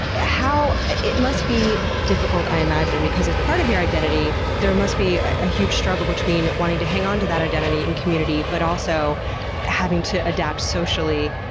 ah it must be difficult, i imagine, because it's part of your identity, there must be a huge struggle between wanting to hang on to that identity and community, but also having to adapt socially.